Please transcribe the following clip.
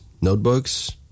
notebooks